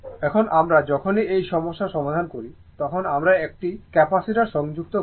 এখন আমরা যখনই এই সমস্যার সমাধান করি তখন আমরা একটি ক্যাপাসিটার সংযুক্ত করি